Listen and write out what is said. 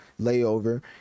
Layover